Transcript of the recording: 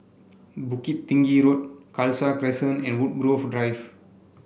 Bukit Tinggi Road Khalsa Crescent and Woodgrove Drive